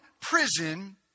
prison